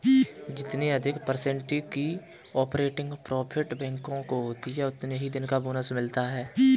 जितने अधिक पर्सेन्ट की ऑपरेटिंग प्रॉफिट बैंकों को होती हैं उतने दिन का बोनस मिलता हैं